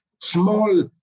small